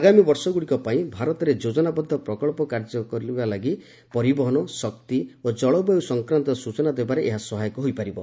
ଆଗାମୀ ବର୍ଷଗୁଡ଼ିକ ପାଇଁ ଭାରତରେ ଯୋଜନାବଦ୍ଧ ପ୍ରକଳ୍ପ କାର୍ଯ୍ୟ ଲାଗି ପରିବହନ ଶକ୍ତି ଓ ଜଳବାୟୁ ସଂକ୍ରାନ୍ତ ସୂଚନା ଦେବାରେ ଏହା ସହାୟକ ହୋଇପାରିବ